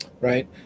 Right